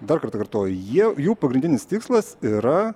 dar kartą kartoju jie jų pagrindinis tikslas yra